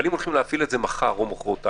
אבל אם מפעילים אותו מחר או מחרתיים,